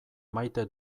maite